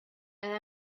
and